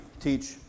teach